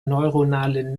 neuronale